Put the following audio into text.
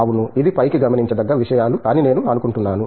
అవును ఇది పైకి గమనించదగ్గ విషయాలు అని నేను అనుకుంటున్నాను